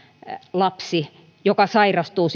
lapsi joka sairastuu